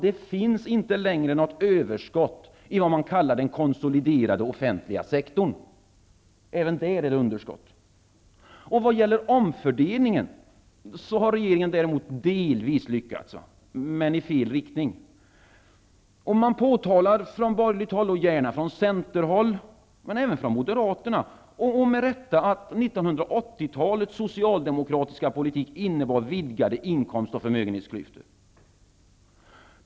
Det finns inte längre något överskott i vad man kallar den konsoliderade offentliga sektorn. Även där är det underskott. Vad gäller omfördelningen har regeringen däremot delvis lyckats, men i fel riktning. Man påtalar gärna från borgerligt håll, från centerhåll men även från Moderaterna, med rätta att 1980-talets socialdemokratiska politik innebar vidgade inkomst och förmögenhetsklyftor.